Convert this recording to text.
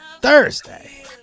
Thursday